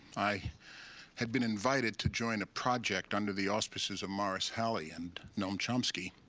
i had been invited to join a project under the auspices of morris halle and noam chomsky.